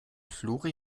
flori